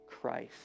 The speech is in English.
Christ